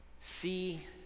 see